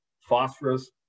phosphorus